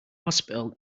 hospital